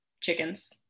chickens